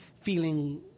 feeling